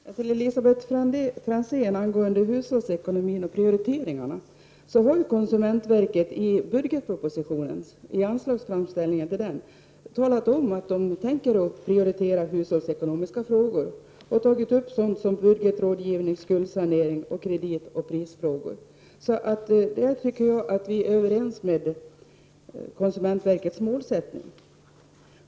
Fru talman! Till Elisabet Franzén angående hushållsekonomin och prioriteringarna: Konsumentverket har i anslagsframställningen talat om att verket tänker prioritera hushållsekonomin och ta upp sådana ämnen som budgetrådgivning, skuldsanering och kreditupplysning. Där tycker jag att vi kan vara ense.